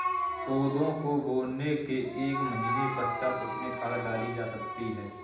कोदो को बोने के एक महीने पश्चात उसमें खाद डाली जा सकती है